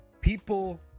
People